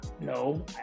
No